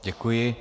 Děkuji.